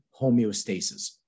homeostasis